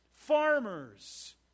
Farmers